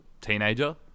teenager